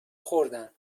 خوردن